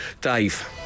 Dave